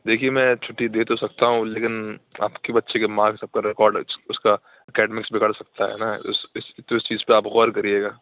دیکھیے میں چھٹی دے تو سکتا ہوں لیکن آپ کے بچے کے مارکس آپ کا ریکاڈ اس کا اکیڈمکس بگڑ سکتا ہے نا تو اس چیز پہ آپ غور کریے گا